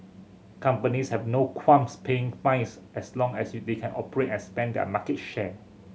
companies have no qualms paying fines as long as they can operate and expand their market share